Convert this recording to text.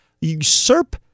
Usurp